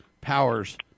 powers